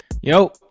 yo